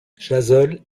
chazolles